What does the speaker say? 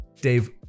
dave